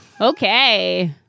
Okay